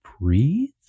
breathe